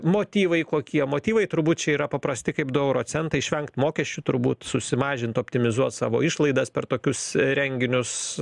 motyvai kokie motyvai turbūt čia yra paprasti kaip du euro centai išvengt mokesčių turbūt susimažint optimizuot savo išlaidas per tokius renginius